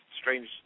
strange